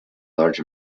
large